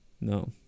No